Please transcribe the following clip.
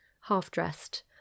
half-dressed